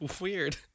weird